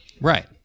Right